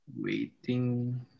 Waiting